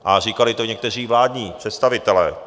A říkali to i někteří vládní představitelé.